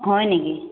হয় নেকি